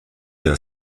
der